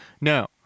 no